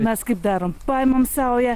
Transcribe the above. mes kaip darom paimam saują